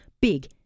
big